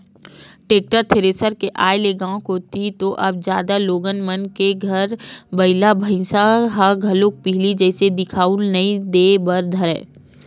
tractor, thresher के आय ले गाँव कोती तो अब जादा लोगन मन घर बइला भइसा ह घलोक पहिली जइसे दिखउल नइ देय बर धरय